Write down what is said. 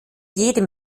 jedem